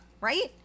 right